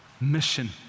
mission